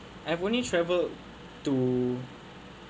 I've only traveled to